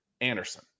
Anderson